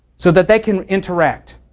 so that they can interact.